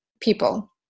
people